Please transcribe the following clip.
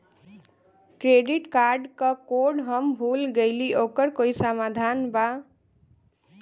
Credit card क code हम भूल गइली ओकर कोई समाधान बा?